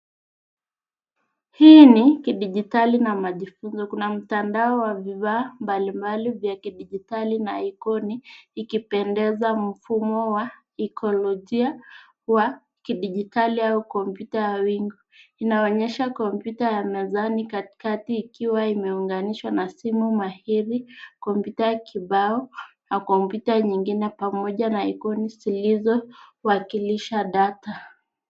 Hii ini ya kidijitali na maguti ina mtandao mkubwa wa kibinadamu na ikoni zinazofaa mazingira ya kidijitali. Inaunganisha kompyuta, simu, kompyuta za kibao, na vifaa vingine, huku ikionyesha ikoni za muunganisho wa data na urahisi wa kutumia.